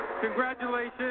Congratulations